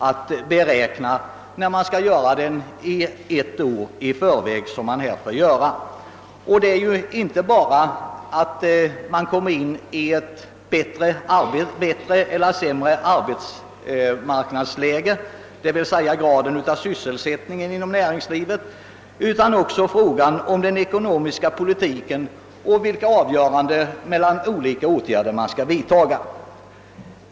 Att beräkna en sådan medelsförbrukning ett år i förväg ställer sig ganska svårt. Man kan komma i ett bättre eller ett sämre arbetsmarknadsläge, och då gäller det att veta vilka åtgärder som vidtas.